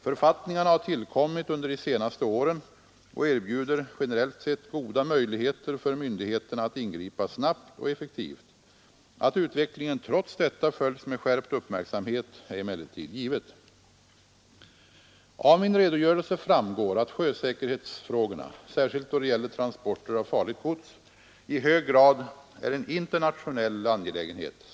Författningarna har tillkommit under de senaste åren och erbjuder — generellt sett — goda möjligheter för myndigheterna att ingripa snabbt och effektivt. Att utvecklingen trots detta följs med skärpt uppmärksamhet är emellertid givet. Av min redogörelse framgår att sjösäkerhetsfrågorna — särskilt då det gäller transporter av farligt gods — i hög grad är en internationell angelägenhet.